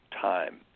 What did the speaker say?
time